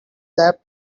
debt